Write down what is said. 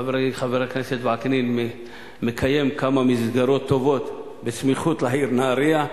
חברי חבר הכנסת וקנין מקיים כמה מסגרות טובות בסמיכות לעיר נהרייה,